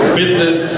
business